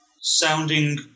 sounding